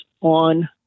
on